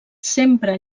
sempre